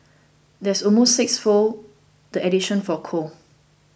that's almost sixfold the additions for coal